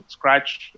scratch